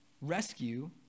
rescue